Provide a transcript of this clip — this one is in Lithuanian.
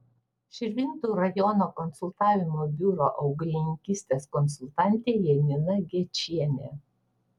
širvintų rajono konsultavimo biuro augalininkystės konsultantė janina gečienė